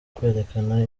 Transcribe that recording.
kwerekana